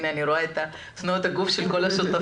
הנה, אני רואה את תנועות הגוף של כל השותפים.